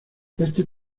este